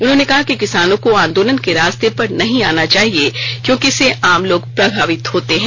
उन्होंने कहा कि किसानों को आंदोलन के रास्ते पर नहीं आना चाहिए क्योंकि इससे आम लोग प्रभावित होते हैं